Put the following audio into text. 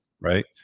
right